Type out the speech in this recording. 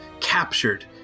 captured